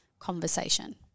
conversation